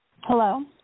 Hello